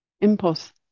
Impulse